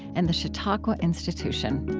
and the chautauqua institution